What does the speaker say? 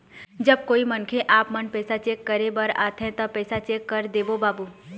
जब कोई मनखे आपमन पैसा चेक करे बर आथे ता पैसा चेक कर देबो बाबू?